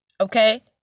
Okay